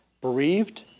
bereaved